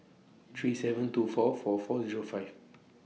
three seven two four four four Zero five